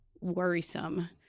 worrisome